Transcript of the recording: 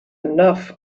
enough